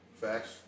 Facts